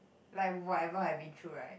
like whatever I've been through right